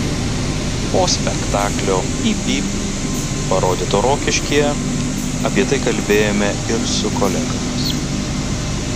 po spektaklio pyp pyp parodyto rokiškyje apie tai kalbėjome ir su kolegomis